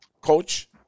coach